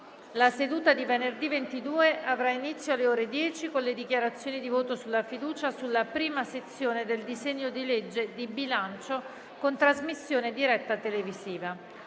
La seduta di venerdì 22 avrà inizio alle ore 10, con le dichiarazioni di voto sulla fiducia sulla I sezione del disegno di legge di bilancio, con trasmissione diretta televisiva.